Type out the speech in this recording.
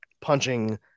punching